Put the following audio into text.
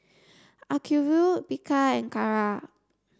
Acuvue Bika and Kara